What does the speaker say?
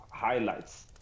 highlights